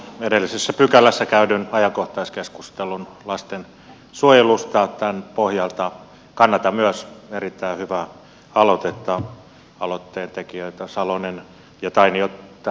edellisessä asiakohdassa käydyn ajankohtaiskeskustelun lastensuojelusta pohjalta kannatan myös erittäin hyvää aloitetta ja haluan aloitteentekijöitä salonen ja tainio tässä yhteydessä kiittää